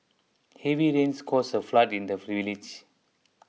heavy rains caused a flood in the village